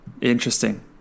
interesting